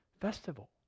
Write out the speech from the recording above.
festival